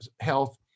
health